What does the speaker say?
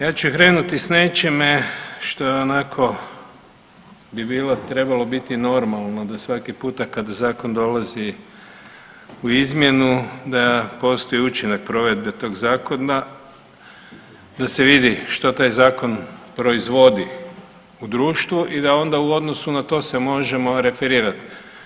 Ja ću krenuti s nečime što je onako bi bilo trebalo biti normalno da svaki puta kada zakon dolazi u izmjenu da postoji učinak provedbe tog zakona, da se vidi što taj zakon proizvodi u društvu i da onda u odnosu na to se možemo referirat.